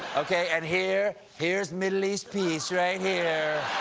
okay? and here, here's middle east peace right here.